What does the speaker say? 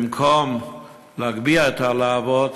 במקום להגביה את הלהבות,